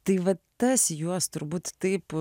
tai vat tas juos turbūt taip